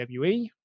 WWE